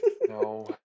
No